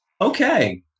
okay